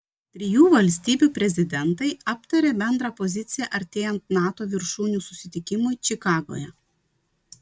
trijų valstybių prezidentai aptarė bendrą poziciją artėjant nato viršūnių susitikimui čikagoje